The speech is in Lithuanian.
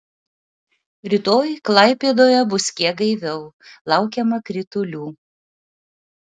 rytoj klaipėdoje bus kiek gaiviau laukiama kritulių